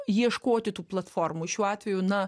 ieškoti tų platformų šiuo atveju na